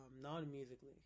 non-musically